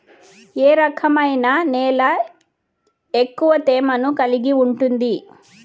ఏ రకమైన నేల ఎక్కువ తేమను కలిగి ఉంటుంది?